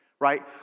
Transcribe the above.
right